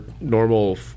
normal